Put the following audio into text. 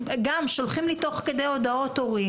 וגם שולחים לי הורים הודעות תוך כדי,